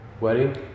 wedding